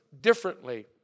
differently